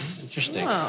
Interesting